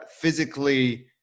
physically